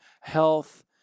health